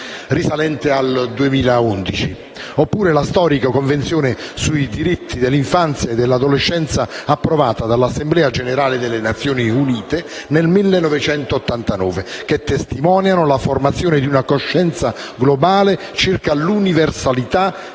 risalente al 2011, oppure la storica Convenzione sui diritti dell'infanzia e dell'adolescenza approvata dall'Assemblea generale delle Nazioni Unite nel 1989, che testimoniano la formazione di una coscienza globale circa l'universalità